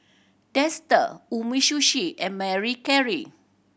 Dester Umisushi and Marie